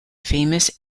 famous